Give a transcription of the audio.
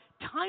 time